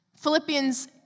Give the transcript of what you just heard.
Philippians